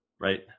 Right